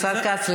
השר כץ,